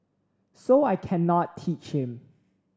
so I cannot teach him